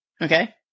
Okay